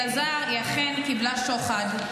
אלעזר, היא אכן קיבלה שוחד.